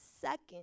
second